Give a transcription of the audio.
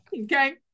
okay